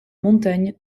montagnes